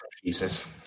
Jesus